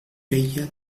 feia